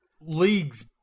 Leagues